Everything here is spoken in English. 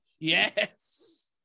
yes